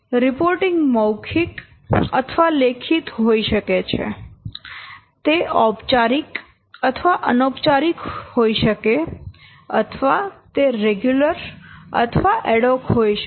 reporting મૌખિક અથવા લેખિત હોઈ શકે છે તે ઔપચારિક અથવા અનૌપચારિક હોઈ શકે અથવા તે રેગ્યુલર અથવા એડહોક હોય શકે